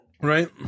Right